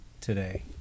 today